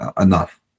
enough